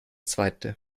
zweite